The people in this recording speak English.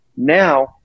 Now